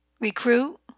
Recruit